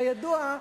כידוע,